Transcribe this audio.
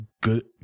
good